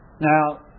Now